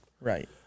Right